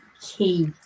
key